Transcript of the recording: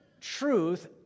truth